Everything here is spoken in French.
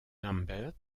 lambert